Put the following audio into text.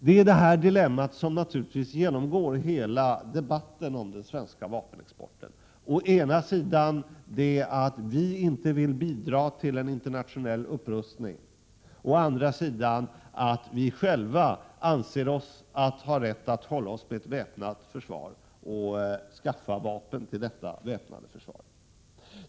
Det är naturligtvis detta dilemma som är ett genomgående drag i hela debatten om den svenska vapenexporten — å ena sidan vill vi inte bidra till en internationell upprustning, å andra sidan anser vi att vi själva har rätt att hålla oss med ett väpnat försvar och skaffa vapen till detta försvar.